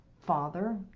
father